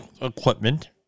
equipment